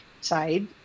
side